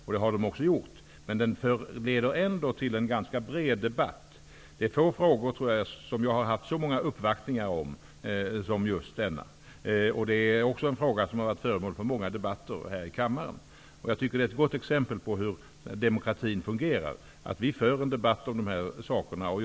Men det hela föranleder ändå en ganska bred debatt. I få andra frågor har jag haft så många uppvaktningar som jag haft i just denna. Dessutom har frågan varit föremål för många debatter här i kammaren. Att vi för en debatt om de här sakerna tycker jag är ett bra exempel på hur demokratin fungerar.